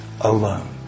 alone